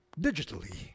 digitally